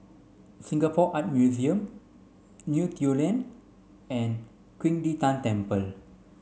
Singapore Art Museum Neo Tiew Lane and Qing De Tang Temple